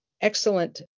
excellent